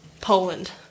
Poland